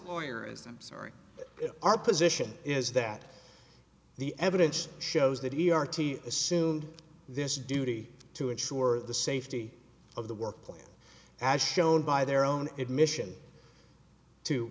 lawyer as i'm sorry our position is that the evidence shows that he r t a assumed this duty to ensure the safety of the workplace as shown by their own admission to